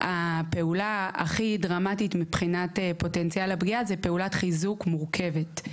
הפעולה הכי דרמטית מבחינת פוטנציאל הפגיעה זו פעולת חיזוק מורכבת.